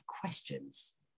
questions